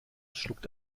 schluckt